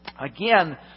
Again